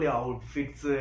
outfits